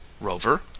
rover